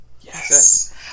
Yes